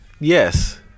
yes